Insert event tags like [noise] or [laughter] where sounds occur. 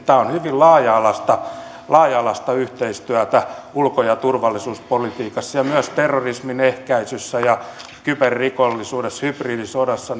[unintelligible] tämä on hyvin laaja alaista laaja alaista yhteistyötä ulko ja turvallisuuspolitiikassa myös terrorismin ehkäisyssä kyberrikollisuudessa ja hybridisodassa [unintelligible]